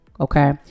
Okay